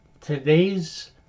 Today's